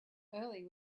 early